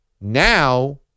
Now